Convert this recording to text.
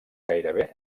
gairebé